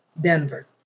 Denver